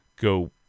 go